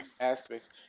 aspects